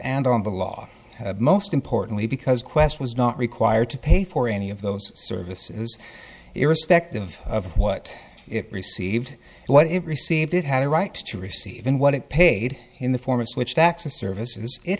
and on the law most importantly because quest was not required to pay for any of those services irrespective of what it received what it received it had a right to receive in what it paid in the form of switched access services it